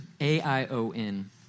A-I-O-N